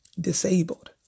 disabled